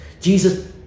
Jesus